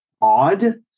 odd